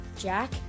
Jack